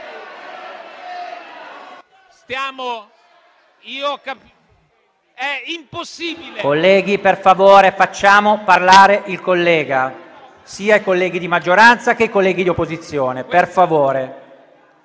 *(FdI)*. È impossibile. PRESIDENTE. Colleghi, per favore, facciamo parlare il collega, sia i colleghi di maggioranza che i colleghi di opposizione, per favore.